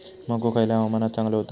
मको खयल्या हवामानात चांगलो होता?